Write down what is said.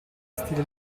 stile